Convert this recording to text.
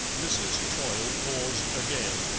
mrs. troyle paused again,